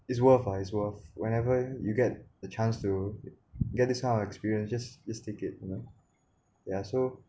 is worth is worth whenever you get the chance to get this kind of experience just just take it you know ya so